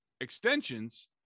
extensions